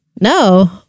no